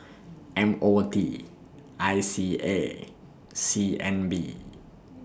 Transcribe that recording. M O T I C A C N B